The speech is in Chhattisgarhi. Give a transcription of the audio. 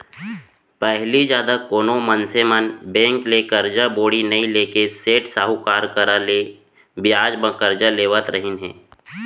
पहिली जादा कोनो मनसे मन बेंक ले करजा बोड़ी नइ लेके सेठ साहूकार करा ले बियाज म करजा लेवत रहिन हें